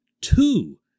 Two